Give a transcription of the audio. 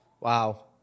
Wow